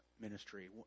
ministry